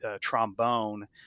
trombone